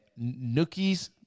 Nookies